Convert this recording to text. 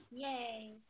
Yay